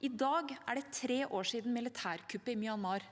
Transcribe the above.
I dag er det tre år siden militærkuppet i Myanmar.